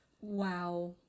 Wow